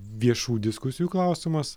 viešų diskusijų klausimas